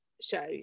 shows